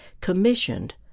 commissioned